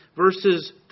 verses